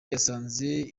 yasanze